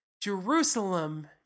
Jerusalem